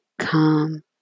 calm